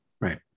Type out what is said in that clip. Right